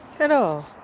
Hello